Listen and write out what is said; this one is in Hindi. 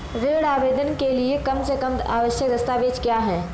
ऋण आवेदन के लिए कम से कम आवश्यक दस्तावेज़ क्या हैं?